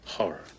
Horror